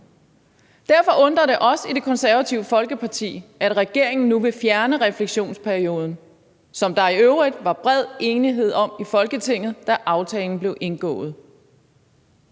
Derfor undrer det os i Det Konservative Folkeparti, at regeringen nu vil fjerne refleksionsperioden, som der i øvrigt var bred enighed om i Folketinget, da aftalen blev indgået.